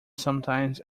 sometimes